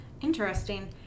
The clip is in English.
Interesting